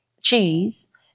cheese